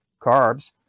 carbs